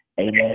Amen